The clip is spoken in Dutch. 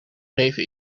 leven